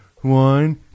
One